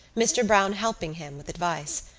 mr. browne helping him with advice.